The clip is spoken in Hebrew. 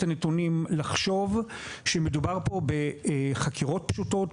הנתונים לחשוב שמדובר פה בחקירות פשוטות,